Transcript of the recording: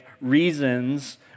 reasons